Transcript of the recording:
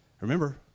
Remember